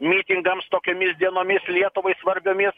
mitingams tokiomis dienomis lietuvai svarbiomis